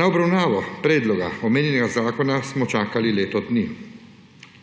Na obravnavo predloga omenjenega zakona smo čakali leto dni